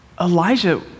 Elijah